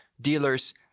dealers